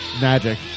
magic